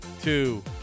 two